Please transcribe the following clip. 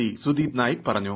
D Sundeep Naik പറഞ്ഞു